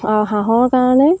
আৰু হাঁহৰ কাৰণে